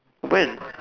when